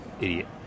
idiot